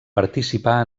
participà